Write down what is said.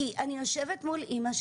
כי אני יושבת מול אמא,